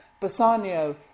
Bassanio